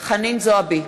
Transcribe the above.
חנין זועבי,